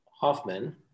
Hoffman